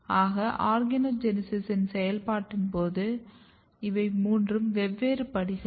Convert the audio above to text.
ஆக ஆர்கனோஜெனீசிஸின் செயல்பாட்டின் போது இவை மூன்றும் வெவ்வேறு படிகள்